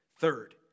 Third